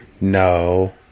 No